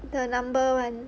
the number [one]